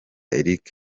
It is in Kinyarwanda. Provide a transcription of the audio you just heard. eric